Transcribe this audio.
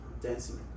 dancing